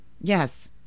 yes